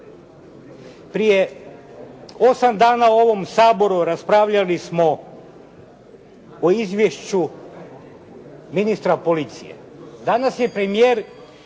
Prije 8 dana u ovom Saboru raspravljali smo o izvješću ministra policije. Danas je premijer